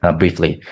briefly